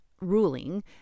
ruling